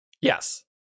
Yes